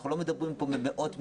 אנחנו לא מדברים פה על מאות מיליונים.